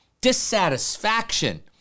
dissatisfaction